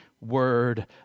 Word